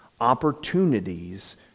opportunities